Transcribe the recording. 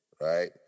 Right